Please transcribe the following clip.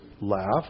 laugh